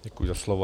Děkuji za slovo.